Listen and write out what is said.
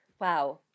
wow